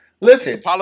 Listen